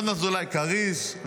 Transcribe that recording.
ינון אזולאי כריש,